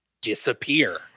disappear